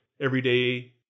everyday